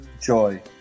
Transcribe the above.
joy